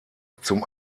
zum